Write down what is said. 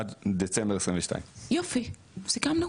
עד דצמבר 2022. יופי סיכמנו?